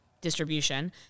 distribution